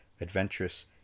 adventurous